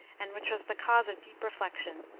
and which was the cause of deep reflection.